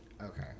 Okay